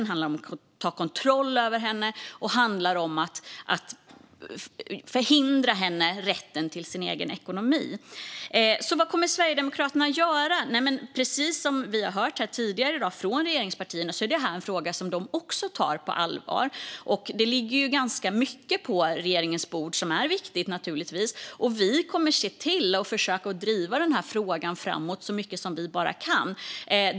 Det handlar om att ta kontroll över henne och förvägra henne rätten till sin egen ekonomi. Vad kommer att Sverigedemokraterna att göra? Precis som vi hört här tidigare i dag från regeringspartierna är det här en fråga som de också tar på allvar. Det ligger ganska mycket på regeringens bord som är viktigt, och vi kommer att se till att driva den här frågan framåt så mycket som vi bara kan.